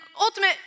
ultimate